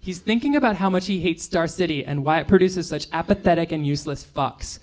he's thinking about how much he hates star city and why it produces such apathetic and useless f